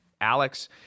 Alex